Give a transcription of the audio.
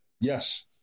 yes